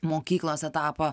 mokyklos etapą